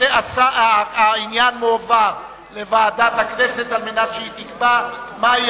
העניין מועבר לוועדת הכנסת על מנת שתקבע מהי